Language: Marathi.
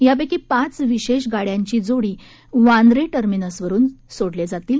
यापैकी पाच विशेष गाड्यांची जोडी वांद्रा टर्मिनसवरून सोडल्या जातील